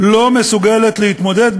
לא מסוגלת להתמודד,